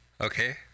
Okay